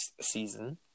season